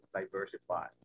diversify